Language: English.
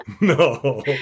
No